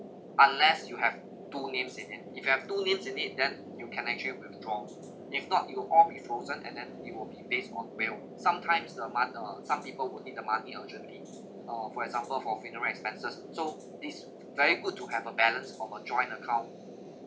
unless you have two names in it if you have two names in it then you can actually withdraw if not it will all be frozen and then it will be based on will sometimes the mon~ uh some people would need the money urgently uh for example for funeral expenses so this very good to have a balance of a joint account